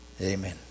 amen